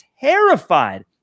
terrified